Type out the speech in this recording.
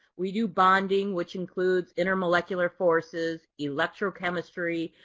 we do bonding, which includes intermolecular forces, electrochemistry,